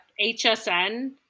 HSN